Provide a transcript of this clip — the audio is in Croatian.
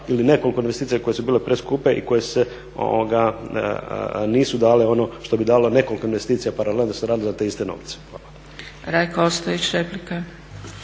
ili nekoliko investicija koje su bile preskupe i koje nisu dale ono što bi dalo nekoliko investicija paralelno da su radili za te iste novce. Hvala.